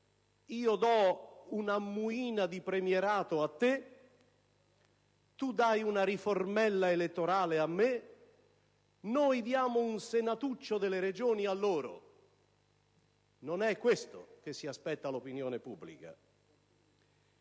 «io do un'ammuina di premierato a te, tu dai una riformella elettorale a me, noi diamo un senatuccio delle Regioni a loro». Non è questo che si aspetta l'opinione pubblica.